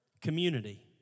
Community